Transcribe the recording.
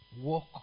walk